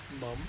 Mum